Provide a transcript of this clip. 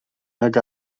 nag